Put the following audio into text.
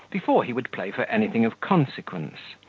before he would play for anything of consequence.